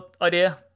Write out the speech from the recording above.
idea